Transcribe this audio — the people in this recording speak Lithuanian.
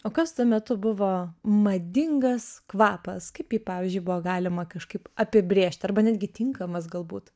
o kas tuo metu buvo madingas kvapas kaip jį pavyzdžiui buvo galima kažkaip apibrėžt arba netgi tinkamas galbūt